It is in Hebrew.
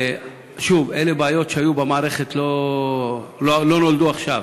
שוב, אלה בעיות שהיו במערכת ולא נולדו עכשיו.